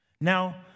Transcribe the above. Now